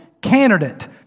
candidate